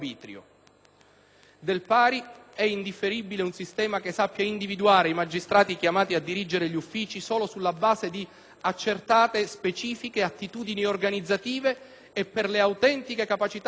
Del pari è indifferibile un sistema che sappia individuare i magistrati chiamati a dirigere gli uffici solo sulla base di accertate, specifiche, attitudini organizzative e per le autentiche capacità gestionali